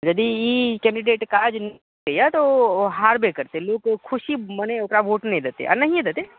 जदि ई कैन्डिडेट काज नहि करैया तऽ ओ हारबे करतै नहि तऽ ओ खुशी मने ओ ओकर वोट नहि देतै या नहिए देतै